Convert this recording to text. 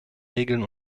regeln